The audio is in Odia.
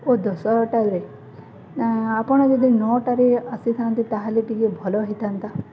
ଓ ଦଶଟାରୋରେ ଆପଣ ଯଦି ନଅଟାରେ ଆସିଥାନ୍ତେ ତା'ହେଲେ ଟିକେ ଭଲ ହେଇଥାନ୍ତା